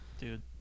Dude